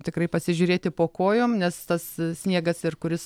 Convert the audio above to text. tikrai pasižiūrėti po kojom nes tas sniegas ir kuris